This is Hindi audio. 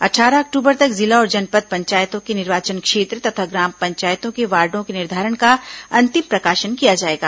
अट्ठारह अक्टूबर तक जिला और जनपद पंचायतों के निर्वाचन क्षेत्र तथा ग्राम पंचायतों के वार्डों के निर्धारण का अंतिम प्रकाशन किया जाएगा